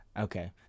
okay